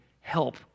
help